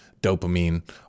dopamine